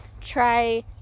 try